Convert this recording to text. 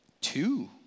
two